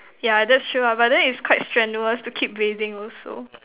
yeah that's true ah but then it's quite strenuous to keep bathing also